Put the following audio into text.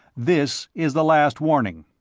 this is the last warning.